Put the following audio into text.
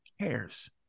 cares